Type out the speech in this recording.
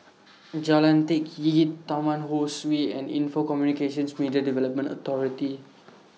Jalan Teck Kee Taman Ho Swee and Info Communications Media Development Authority